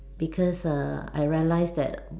because err I realised that